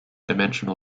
dimensional